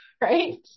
right